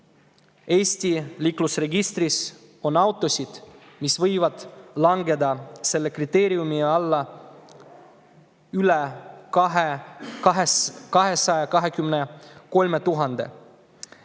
Eesti liiklusregistris on autosid, mis võivad langeda selle kriteeriumi alla, üle 223 000.